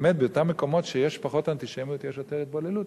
באמת באותם מקומות שיש פחות אנטישמיות יש יותר התבוללות,